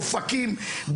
אופקים,